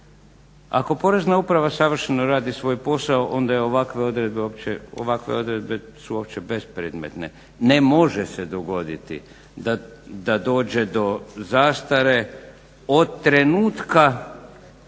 Ako Porezna uprava savršeno radi svoj posao onda ovakve odredbe uopće, ovakve odredbe su uopće bespredmetne. Ne može se dogoditi da dođe do zastare od trenutka